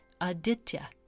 Aditya